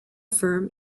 firm